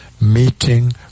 Meeting